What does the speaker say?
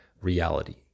reality